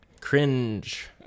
Cringe